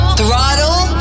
Throttle